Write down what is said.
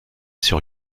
sur